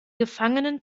gefangenen